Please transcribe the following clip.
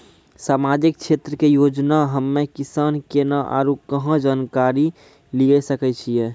समाजिक क्षेत्र के योजना हम्मे किसान केना आरू कहाँ जानकारी लिये सकय छियै?